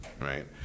right